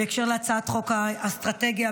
בהקשר להצעת חוק האסטרטגיה,